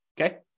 okay